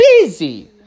busy